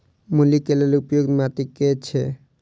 मूली केँ लेल उपयुक्त माटि केँ छैय?